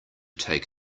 take